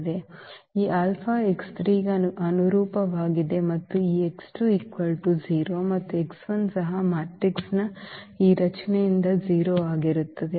ಈ ಆಲ್ಫಾ ಗೆ ಅನುರೂಪವಾಗಿದೆ ಮತ್ತು ಈ 0 ಮತ್ತು ಸಹ ಮ್ಯಾಟ್ರಿಕ್ಸ್ನ ಈ ರಚನೆಯಿಂದ 0 ಆಗಿರುತ್ತದೆ